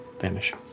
vanish